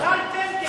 זחלתם, על ארבע.